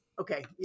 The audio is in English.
okay